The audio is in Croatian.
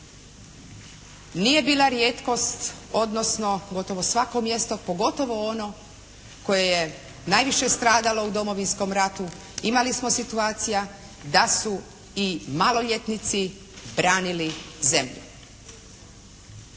Nije bila rijetkost, odnosno gotovo svako mjesto pogotovo ono koje je najviše stradalo u Domovinskom ratu imali smo situacija da su i maloljetnici branili zemlju.